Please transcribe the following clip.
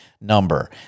number